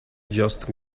just